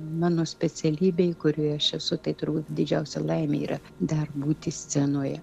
mano specialybėj kurioj aš esu tai turbūt didžiausia laimė yra dar būti scenoje